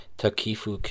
Takifu